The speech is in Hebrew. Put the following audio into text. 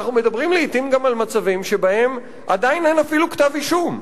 אנחנו מדברים לעתים גם על מצבים שבהם עדיין אין אפילו כתב אישום.